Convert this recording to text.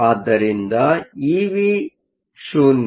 ಆದ್ದರಿಂದ ಇವಿ ಶೂನ್ಯ